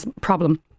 problem